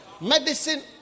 Medicine